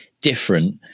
different